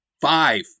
five